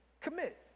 commit